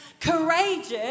courageous